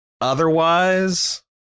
Otherwise